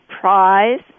prize